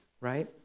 right